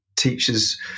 Teachers